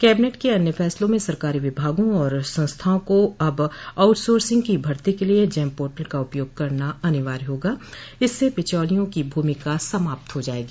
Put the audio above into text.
cabinet के अन्य फैसलों में सरकारी विभागों और संस्थाओं को अब आउटसोर्सिंग की भर्ती के लिये जेम पोर्टल का उपयोग करना अनिवार्य होगा इससे बिचौलियों की भूमिका समाप्त हो जायेगी